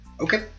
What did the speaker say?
Okay